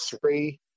three